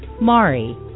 Mari